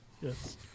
Yes